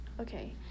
Okay